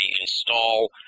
install